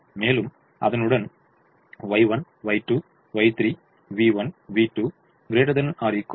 மேலும் அதனுடன் Y1 Y2 Y3 v1 v2 ≥ 0